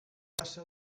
passa